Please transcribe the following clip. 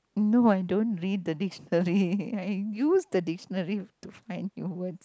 no I don't read the dictionary I use the dictionary to find the word